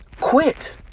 quit